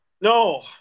No